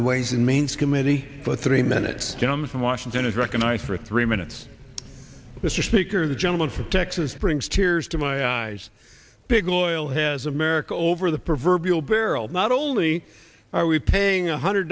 the ways and means committee but three minutes gentlemen from washington is recognized for three minutes mr speaker the gentleman from texas brings tears to my eyes big oil has america over the proverbial barrel not only are we paying a hundred